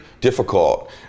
difficult